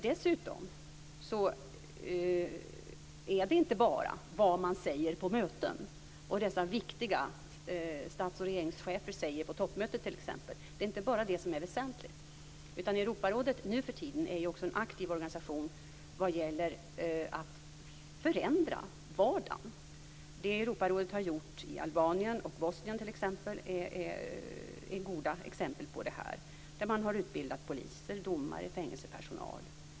Dessutom är det inte bara vad man säger på möten, t.ex. vad dessa viktiga stats och regeringschefer säger på toppmötet, som är väsentligt. Europarådet är nu för tiden också en aktiv organisation vad gäller att förändra vardagen. Det Europarådet har gjort i Albanien och Bosnien är goda exempel på detta. Man har utbildat poliser, domare och fängelsepersonal.